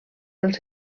dels